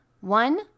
One